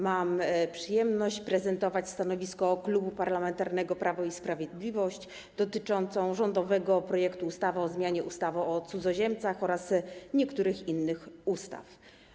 Mam przyjemność zaprezentować stanowisko Klubu Parlamentarnego Prawo i Sprawiedliwość dotyczące rządowego projektu ustawy o zmianie ustawy o cudzoziemcach oraz niektórych innych ustaw.